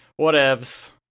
whatevs